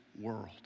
world